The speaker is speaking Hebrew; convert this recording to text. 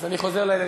אז אני חוזר לעניין.